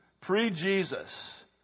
pre-Jesus